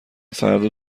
فردا